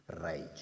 rage